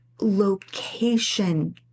location